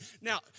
Now